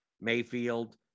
Mayfield